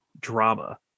drama